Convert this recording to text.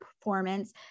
performance